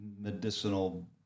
medicinal